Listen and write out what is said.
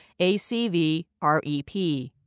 ACVREP